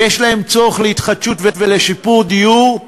ויש להם צורך בהתחדשות ובשיפור דיור,